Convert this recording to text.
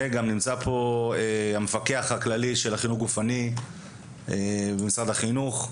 נמצא פה המפקח הכללי של החינוך הגופני במשרד החינוך.